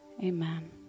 Amen